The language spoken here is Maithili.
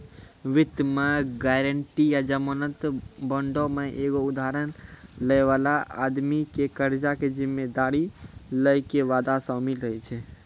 वित्त मे गायरंटी या जमानत बांडो मे एगो उधार लै बाला आदमी के कर्जा के जिम्मेदारी लै के वादा शामिल रहै छै